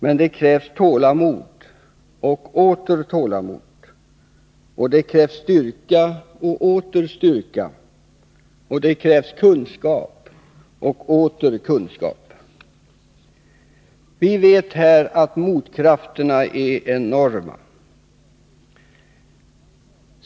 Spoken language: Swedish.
Men det krävs tålamod och åter tålamod, det krävs styrka och åter styrka och det krävs kunskap och åter kunskap. Vi vet att motkrafterna är enorma.